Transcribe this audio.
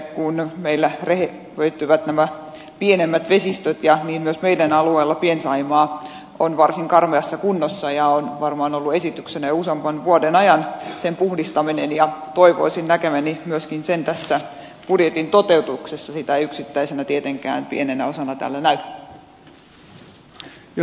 kun meillä rehevöityvät nämä pienemmät vesistöt ja niin myös meidän alueella pien saimaa on varsin karmeassa kunnossa ja on varmaan ollut esityksenä jo useamman vuoden ajan sen puhdistaminen niin toivoisin näkeväni myöskin sen tässä budjetin toteutuksessa sitä ei yksittäisenä tietenkään pienenä osana täällä näy